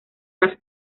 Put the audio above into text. las